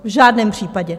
V žádném případě.